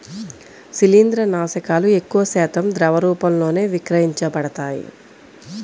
శిలీంద్రనాశకాలు ఎక్కువశాతం ద్రవ రూపంలోనే విక్రయించబడతాయి